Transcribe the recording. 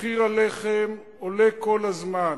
מחיר הלחם עולה כל הזמן.